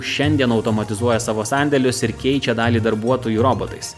šiandien automatizuoja savo sandėlius ir keičia dalį darbuotojų robotais